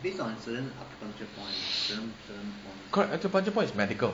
correct acupuncture points is medical